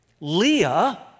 Leah